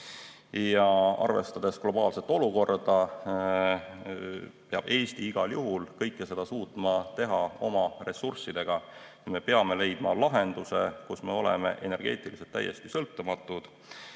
Arvestades globaalset olukorda peab Eesti igal juhul kõike seda suutma teha oma ressurssidega. Me peame leidma lahenduse, kus me oleme energeetiliselt täiesti sõltumatud,